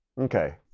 okay